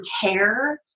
care